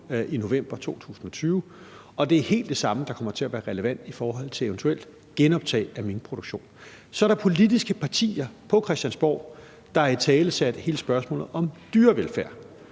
i november 2020, og det er helt det samme, der kommer til at være relevant i forhold til eventuel genoptagelse af minkproduktion. Så er der politiske partier på Christiansborg, der har italesat hele spørgsmålet om dyrevelfærd,